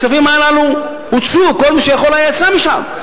הכספים הללו הוצאו, כל מי שהיה יכול יצא משם,